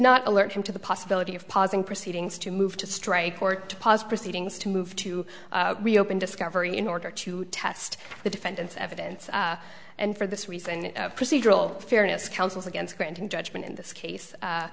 not alert him to the possibility of pausing proceedings to move to strike or to pause proceedings to move to reopen discovery in order to test the defendant's evidence and for this reason and procedural fairness counsel's against granting judgment in this case